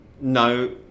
no